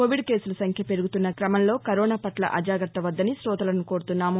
Covid కేసుల సంఖ్య పెరుగుతున్న కమంలో కరోనాపట్ల అజాగత్త వద్దని తోతలను కోరుతున్నాము